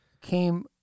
came